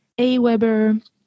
Aweber